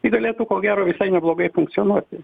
ji galėtų ko gero visai neblogai funkcionuoti